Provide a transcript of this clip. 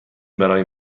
برای